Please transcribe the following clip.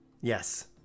Yes